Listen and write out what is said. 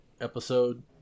episode